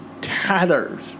tatters